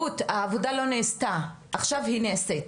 רות, העבודה לא נעשתה, עכשיו היא נעשית.